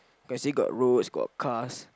especially got roads got cars